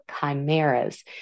chimeras